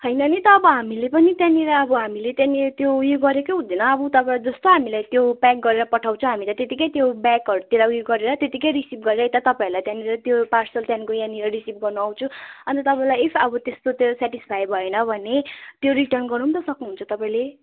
होइन नि त अब हामीले पनि त्यहाँनिर अब हामीले त्यहाँनिर त्यो उयो गरेकै हुँदैन अब उताबाट जस्तो हामीलाई त्यो प्याक गरेर पठाउँछ हामीले त्यतिकै त्यो ब्यागहरूतिर उयो गरेर त्यतिकै रिसिभ गरेर यता तपाईँहरूलाई त्यहाँनिर त्यो पार्सल त्यहाँनिरको यहाँनिर रिसिभ गर्न आउँछु अन्त तपाईँलाई इफ अब त्यस्तो त्यो सेटिसफाई भएन भने त्यो रिटर्न गर्नु पनि त सक्नुहुन्छ तपाईँले